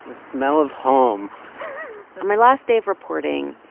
smell of home on my last day of reporting,